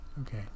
Okay